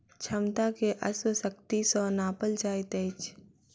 क्षमता के अश्व शक्ति सॅ नापल जाइत अछि